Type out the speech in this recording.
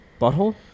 butthole